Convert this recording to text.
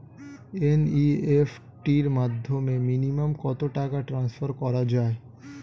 NEFT র মাধ্যমে minimum কত টাকা ট্রান্সফার করা যায়?